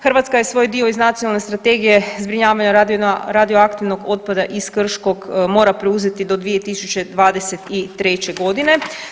Hrvatska je svoj dio iz Nacionalne strategije zbrinjavanja radioaktivnog otpada iz Krškog mora preuzeti do 2023. godine.